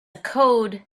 code